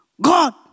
God